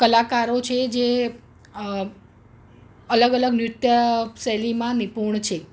કલાકારો છે જે અલગ અલગ નૃત્ય શૈલીમાં નિપૂણ છે